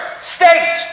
state